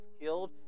killed